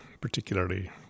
particularly